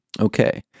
Okay